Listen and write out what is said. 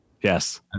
yes